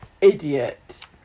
idiot